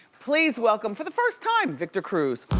please welcome, for the first time, victor cruz.